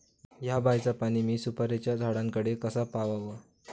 हया बायचा पाणी मी सुपारीच्या झाडान कडे कसा पावाव?